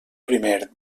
primer